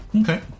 Okay